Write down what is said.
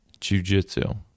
jujitsu